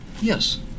Yes